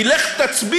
כי לך תצביע,